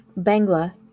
Bangla